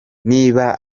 niba